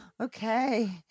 Okay